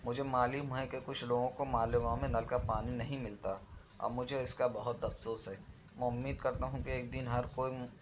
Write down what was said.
مجھے معلوم ہے کہ کچھ لوگوں کو مالیگاؤں میں نل کا پانی نہیں ملتا اور مجھے اس کا بہت افسوس ہے میں امید کرتا ہوں کہ ایک دن ہر کوئی